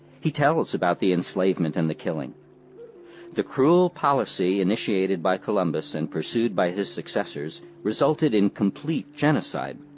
he tells about the enslavement and the killing the cruel policy initiated by columbus and pursued by his successors resulted in complete genocide.